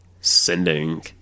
sending